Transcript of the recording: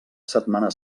setmana